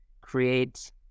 create